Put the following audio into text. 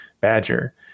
Badger